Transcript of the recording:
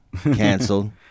canceled